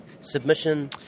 submission